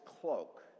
cloak